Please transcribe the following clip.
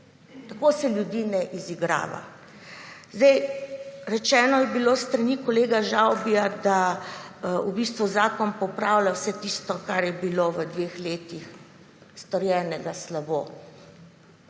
tako se ljudi ne izigrava. Rečeno je bilo s strani kolega Žavbija, da v bistvu zakon popravlja vse tisto kar je bilo v dveh letih storjenega slabo.